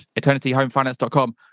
eternityhomefinance.com